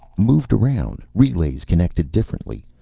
moved around. relays connected differently.